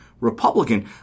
Republican